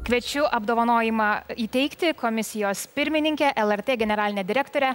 kviečiu apdovanojimą įteikti komisijos pirmininkę lrt generalinę direktorę